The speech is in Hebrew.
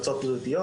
בריאותיות,